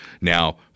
Now